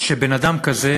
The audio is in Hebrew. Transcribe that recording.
שבן-אדם כזה,